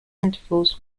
intervals